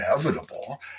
inevitable